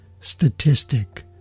statistic